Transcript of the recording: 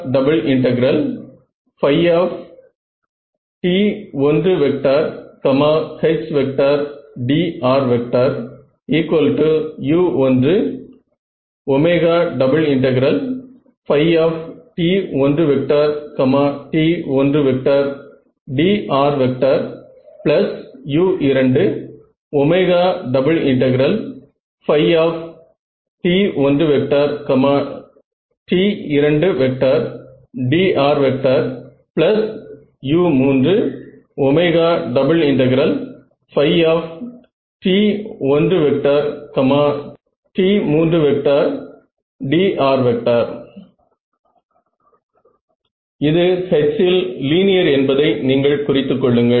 T1Hdru1 T1T1dru2 T1T2dru3 T1T3dr இது H இல் linear என்பதை நீங்கள் குறித்து கொள்ளுங்கள்